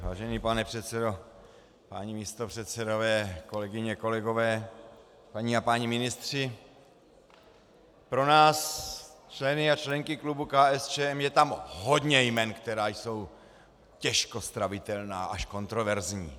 Vážený pane předsedo, páni místopředsedové, kolegyně, kolegové, paní a páni ministři, pro nás, členy a členky klubu KSČM, je tam hodně jmen, která jsou těžko stravitelná až kontroverzní.